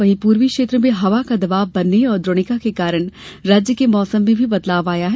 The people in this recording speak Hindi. वहीं पूर्वी क्षेत्र में हवा का दबाव बनने और द्रोणिका के कारण राज्य के मौसम में भी बदलाव आया है